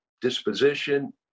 disposition